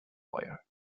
wire